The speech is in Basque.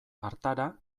hartara